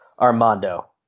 Armando